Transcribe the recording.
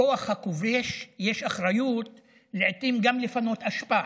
לכוח הכובש יש אחריות לעיתים גם לפנות אשפה,